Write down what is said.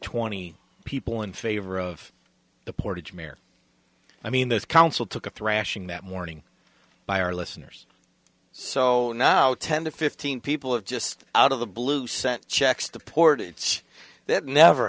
twenty people in favor of the portage mayor i mean this council took a thrashing that morning by our listeners so now ten to fifteen people have just out of the blue sent checks to port it's that never